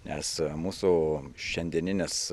nes mūsų šiandieninės